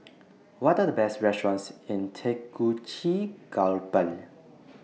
What Are The Best restaurants in Tegucigalpa